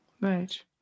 Right